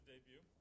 debut